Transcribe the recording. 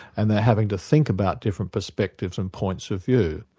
and they're having to think about different perspectives and points of view.